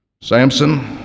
Samson